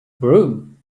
broom